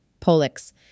POLIX